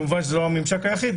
כמובן זה לא הממשק היחיד.